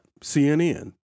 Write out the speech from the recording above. CNN